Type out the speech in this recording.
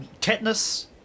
Tetanus